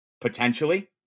Potentially